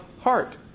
heart